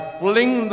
fling